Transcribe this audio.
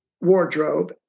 wardrobe